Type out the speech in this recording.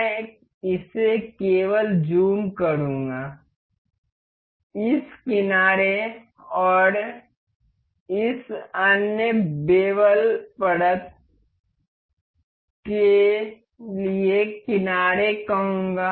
मैं इसे केवल ज़ूम करूँगा इस किनारे और इस अन्य बेवल परत के लिए किनारे कहूँगा